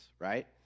right